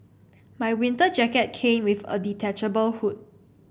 my winter jacket came with a detachable hood